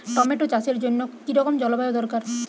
Tomato চাষের জন্য কি রকম জলবায়ু দরকার?